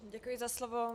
Děkuji za slovo.